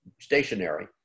stationary